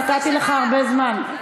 נתתי לך הרבה זמן.